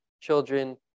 children